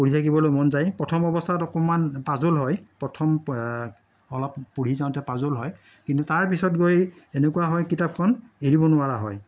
পঢ়ি থাকিবলৈ মন যায় প্ৰথম অৱস্থাত অকমান পাজল হয় প্ৰথম পঢ়ি চাওঁতে অলপ পাজল হয় কিন্তু তাৰপিছত গৈ এনেকুৱা হয় কিতাপখন এৰিব নোৱাৰা হয়